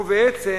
ובעצם